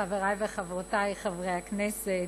חברי וחברותי חברי הכנסת,